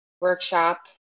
workshop